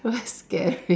!wah! scary